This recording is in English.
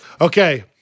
Okay